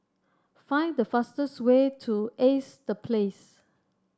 find the fastest way to Ace The Place